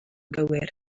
gywir